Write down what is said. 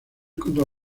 contra